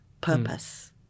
purpose